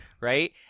right